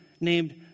named